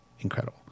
Incredible